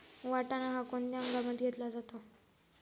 वाटाणा हा कोणत्या हंगामात घेतला जातो?